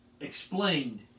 explained